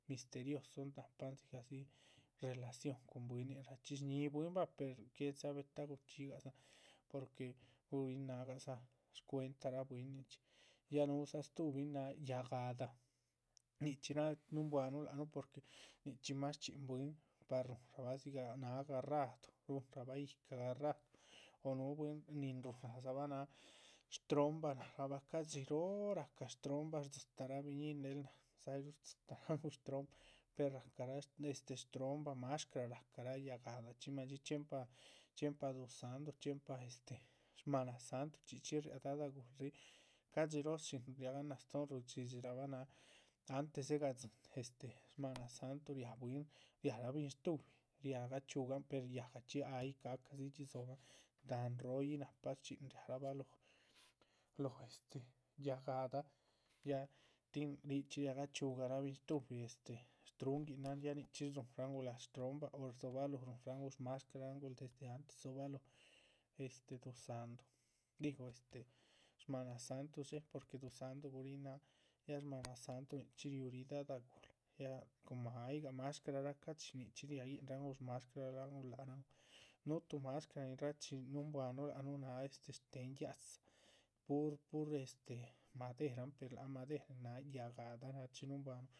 Misterioson nahpan dzigahdzi relación cuhun bwínihinraachxi shníhi bwín bah per quien sabe ta´guchxígadzan porque guríhin nágadzahan shcuentara bwínincxi ya. núhudza stuhubin náha yáhgadaha nichxí náha núhunbuanuh lac nuh porque nichxí más shchxíhin bwín par rúhunrabah dzigah náha garraduh rúhunrabha yíhca garraduh. núhu bwín nin nádzabha náha shtrohombah nác rahcabha ca´dxi róho rahca shtrohombah rdzitáhraa biñíhin del náh ayruh rdzítarangulah shtrohombah per rahcarah este. este shtrohombah, mashcraraa rahcarah yáhgachxi madxí chxiempa chxiempa duzáhndu chxiempa chxiempa este shmana santuh richxí riáha dádah gúhul ríh, ca´dxi róho shín. riaganáh stóhon ruidhxidhxirabah náh antes dzé gadzihin este shmanasantuh riáha bwín, riáhrah binshtubi riágah chxíugan per yáhgachxí ay ca´cadzidhxi dzóbahan. dahán rohoyih nahpa shchxin riarabah lóhon, lóho este yáhgadaha ya tin richxí riaga chxíugarah binshtubin este shtruhunguinahan ya nichxí rúhunrangulah shtrohomba o. rdzobalóho rúhunrangulah shmashcrarangulah desde antes dzobalóho este duzáhndu, digo este shmanasantuh dxé porque duzáhndu guríhin náha, ya shmanasantuh nichxí. riú ríh dadah guhla, ya coma aygah mashcrarah ca´dxi nichxí riá ria guinhrangul mashcrarahngul ca´dxi, núhu tu mashcra ni rachi núhunbuahnuh lac núh náha este shtéhen. yádza pur pur este, maderan per láhan madera nin náha yáhgadahachxi núhunbuanuhun.